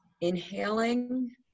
inhaling